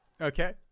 Okay